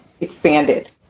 expanded